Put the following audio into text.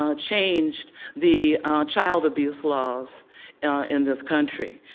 um changed the child abuse laws in this country.